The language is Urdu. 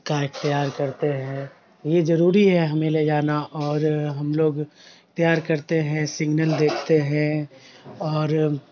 کا اختیار کرتے ہیں یہ ضروری ہے ہمیں لے جانا اور ہم لوگ تیار کرتے ہیں سگنل دیکھتے ہیں اور